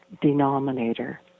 Denominator